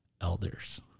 elders